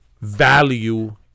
value